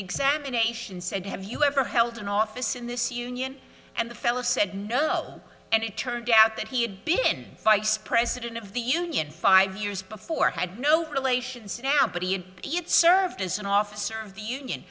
examination said have you ever held an office in this union and the fellow said no and it turned out that he had been in fights president of the union five years before had no relations now but he had yet served as an officer of the union